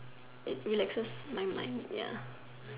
it relaxes my mind ya